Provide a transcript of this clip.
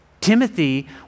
Timothy